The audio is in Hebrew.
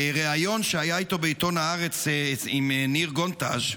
בריאיון שהיה איתו בעיתון הארץ עם ניר גונטז',